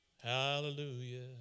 Hallelujah